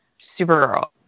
Supergirl